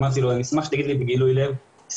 אמרתי לו שאני אשמח שהוא יאמר לי בגילוי לב סגר,